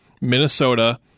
minnesota